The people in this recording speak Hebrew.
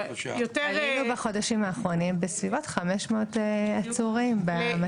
עלינו בחודשים האחרונים לבסביבות 500 עצורים במצבה.